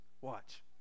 Watch